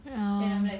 oh